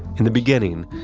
in the beginning,